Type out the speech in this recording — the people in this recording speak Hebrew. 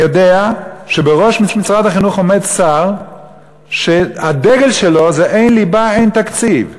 אני יודע שבראש משרד החינוך עומד שר שהדגל שלו זה: אין ליבה אין תקציב.